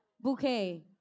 bouquet